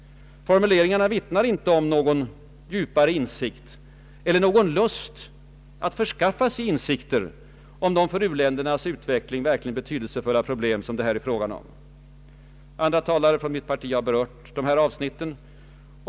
Formuleringarna vittnar inte om någon djupare insikt eller någon lust att förskaffa sig insikter om de för u-ländernas utveckling betydelsefuila problem det här är fråga om. Andra talare från mitt parti har redan berört dessa avsnitt.